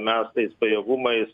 mes tais pajėgumais